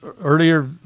earlier